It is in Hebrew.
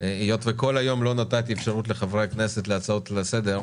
היות וכל היום לא נתתי אפשרות לחברי הכנסת להגיש הצעות לסדר,